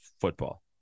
football